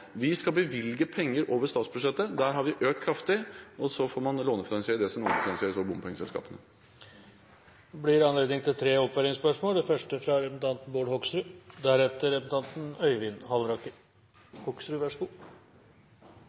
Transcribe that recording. Vi skal bevilge penger over statsbudsjettet. Der har vi økt kraftig. Så får man lånefinansiere det som kan lånefinansieres over bompengeselskapene. Det blir anledning til tre oppfølgingsspørsmål – først Bård Hoksrud.